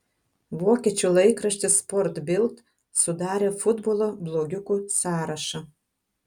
vokiečių laikraštis sport bild sudarė futbolo blogiukų sąrašą